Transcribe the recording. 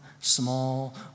small